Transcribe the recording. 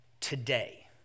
today